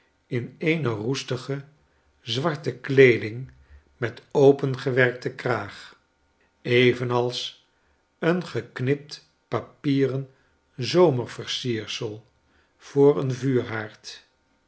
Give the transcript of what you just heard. in eene roestige zwarte kleeding met opengewerkten kraag evenals een geknipt papieren zomerversiersel voor een vuurhaard